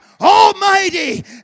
Almighty